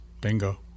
bingo